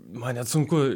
man net sunku